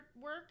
work